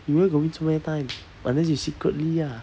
you where got win so many times unless you secretly ah